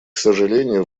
сожалению